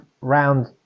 round